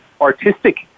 artistic